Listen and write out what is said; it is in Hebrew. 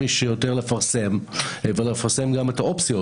שיותר לפרסם ולפרסם גם את האופציות,